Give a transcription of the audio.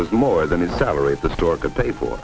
was more than his salary at the store could pay for